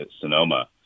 Sonoma